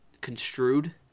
construed